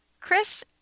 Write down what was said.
Chris